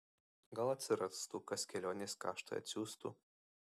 gal atsirastų kas kelionės kaštui atsiųstų